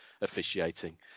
officiating